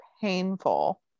painful